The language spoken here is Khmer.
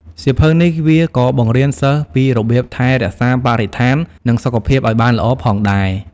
សៀវភៅនេះវាក៏បង្រៀនសិស្សពីរបៀបថែរក្សាបរិស្ថាន និងសុខភាពឱ្យបានល្អផងដែរ។